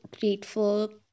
grateful